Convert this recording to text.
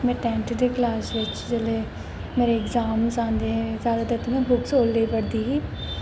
में टैंथ दी कलास च जिसलै मेरे अग्जाम आंदे हे जैदातर बुक्स में उसलै गै पढ़दी ही